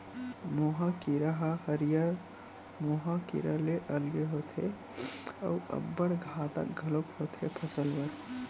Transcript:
मोहा कीरा ह हरियर माहो कीरा ले अलगे होथे अउ अब्बड़ घातक घलोक होथे फसल बर